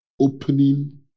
opening